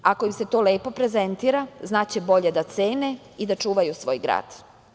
Ako im se to lepo prezentira znaće bolje da cene i da čuvaju svoj grad.